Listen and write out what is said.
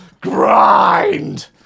GRIND